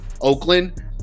Oakland